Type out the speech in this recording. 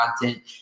content